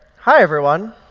hi, everyone.